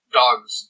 dogs